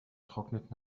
trocknet